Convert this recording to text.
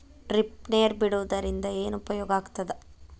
Drip ನೇರ್ ಬಿಡುವುದರಿಂದ ಏನು ಉಪಯೋಗ ಆಗ್ತದ?